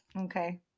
Okay